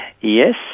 Yes